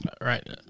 right